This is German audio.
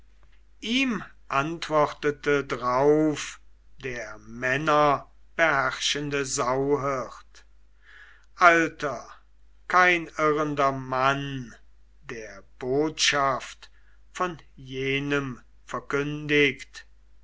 ihm antwortete drauf der männerbeherrschende sauhirt alter kein irrender mann der botschaft von jenem verkündigt